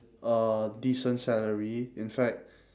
uh decent salary in fact